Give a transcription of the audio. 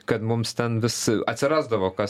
kad mums ten vis atsirasdavo kas